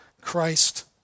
Christ